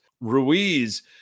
Ruiz